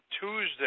Tuesday